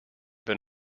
been